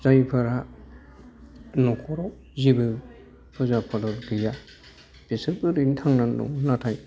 जायफोरा नखराव जेबो फुजा फादार गैया बिसोरबो थांनानै दं नाथाय